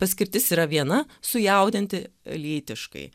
paskirtis yra viena sujaudinti lytiškai